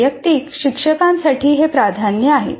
वैयक्तिक शिक्षकांसाठी हे प्राधान्य आहे